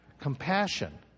compassion